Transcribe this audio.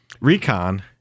Recon